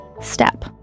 step